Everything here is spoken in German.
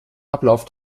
ablauf